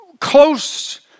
close